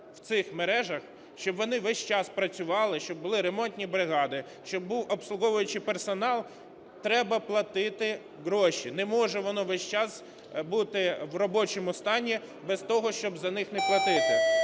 в цих мережах, щоб вони весь час працювали, щоб були ремонтні бригади, щоб був обслуговуючий персонал, треба платити гроші. Не може воно весь час бути в робочому стані без того, щоб за них не платити.